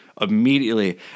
immediately